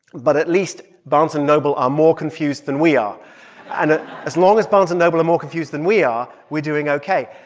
but at least barnes and noble are more confused than we are and ah as long as barnes and noble are more confused than we are, we're doing ok.